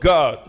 God